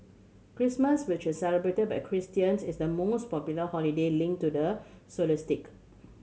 Christmas which is celebrated by Christians is the most popular holiday linked to the